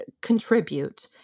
contribute